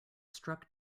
struck